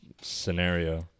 scenario